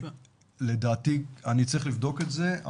אני צריך לבדוק את זה.